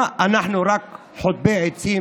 מה, אנחנו רק חוטבי עצים